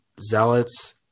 Zealots